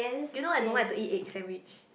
you know I don't like to eat egg sandwich